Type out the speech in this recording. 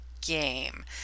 game